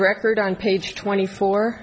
record on page twenty four